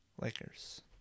Lakers